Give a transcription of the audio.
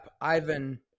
Ivan